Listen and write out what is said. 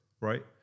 right